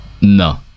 No